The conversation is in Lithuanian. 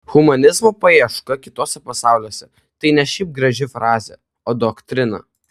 humanizmo paieška kituose pasauliuose tai ne šiaip graži frazė o doktrina